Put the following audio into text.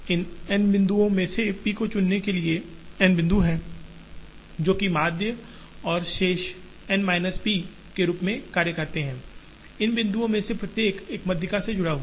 इन n बिंदुओं में से p को चुनने के लिए n बिंदु हैं जो कि माध्य और शेष n माइनस p के रूप में कार्य करते हैं इन बिंदुओं में से प्रत्येक एक माध्यिका से जुड़ा हुआ है